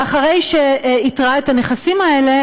ואחרי שאיתרה את הנכסים האלה,